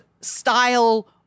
style